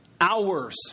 Hours